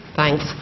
Thanks